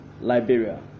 Liberia